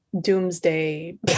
doomsday